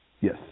Yes